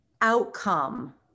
outcome